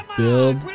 build